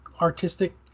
artistic